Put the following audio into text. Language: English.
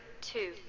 two